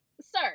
sir